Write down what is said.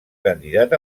candidat